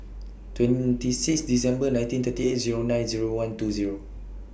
twenty six December nineteen thirty eight Zero nine Zero one two Zero